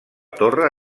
torre